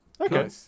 Okay